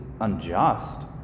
unjust